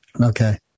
Okay